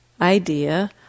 idea